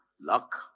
luck